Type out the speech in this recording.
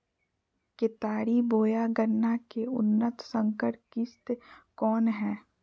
केतारी बोया गन्ना के उन्नत संकर किस्म कौन है?